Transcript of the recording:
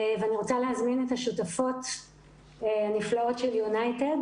אני רוצה להזמין את השותפות הנפלאות של יונייטד